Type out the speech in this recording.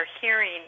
hearing